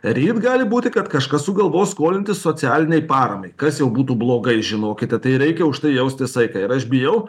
ryt gali būti kad kažkas sugalvos skolintis socialinei paramai kas jau būtų blogai žinokite tai reikia užtai jausti saiką ir aš bijau